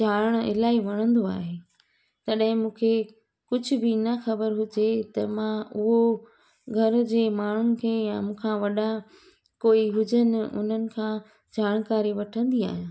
ॼाणणु इलाही वणंदो आहे तॾहिं मूंखे कुझु बि ख़बर न हुजे त मां उहो घर जे माण्हुनि खे या मूं खां वॾा कोई हुजनि हुननि खां जानकारी वठंदी आहियां